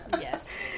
Yes